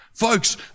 Folks